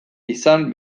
izan